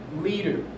leader